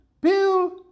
Bill